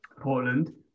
Portland